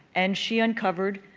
and she uncovered,